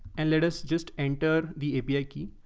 and let us just enter the api key.